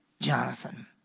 Jonathan